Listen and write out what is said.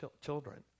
children